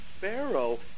pharaoh